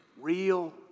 real